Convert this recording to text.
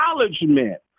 acknowledgement